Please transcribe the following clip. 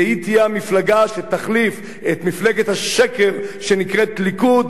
והיא תהיה המפלגה שתחליף את מפלגת השקר שנקראת ליכוד,